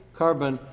carbon